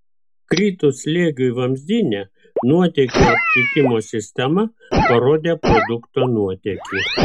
kritus slėgiui vamzdyne nuotėkių aptikimo sistema parodė produkto nuotėkį